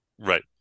right